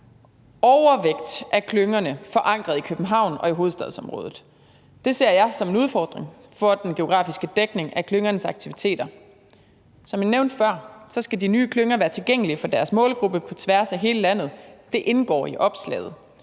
overvægt af klyngerne er forankret i København og i hovedstadsområdet. Det ser jeg som en udfordring for den geografiske dækning af klyngernes aktiviteter. Som jeg nævnte før, skal de nye klynger være tilgængelige for deres målgruppe på tværs af hele landet. Det indgår i opslaget.